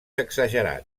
exagerat